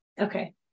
Okay